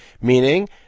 meaning